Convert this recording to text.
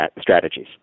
strategies